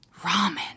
Ramen